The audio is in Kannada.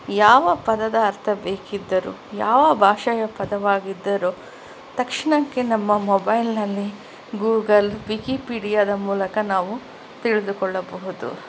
ಯಾವ ಪದದ ಅರ್ಥ ಬೇಕಿದ್ದರೂ ಯಾವ ಭಾಷೆಯ ಪದವಾಗಿದ್ದರೂ ತಕ್ಷಣಕ್ಕೆ ನಮ್ಮ ಮೊಬೈಲ್ನಲ್ಲಿ ಗೂಗಲ್ ವಿಕಿಪೀಡಿಯಾದ ಮೂಲಕ ನಾವು ತಿಳಿದುಕೊಳ್ಳಬಹುದು